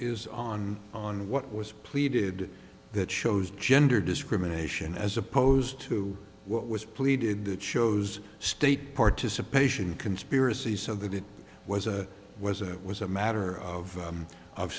is on on what was pleaded that shows gender discrimination as opposed to what was pleaded that shows state participation conspiracy so that it was a was it was a matter of